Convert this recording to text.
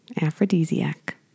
aphrodisiac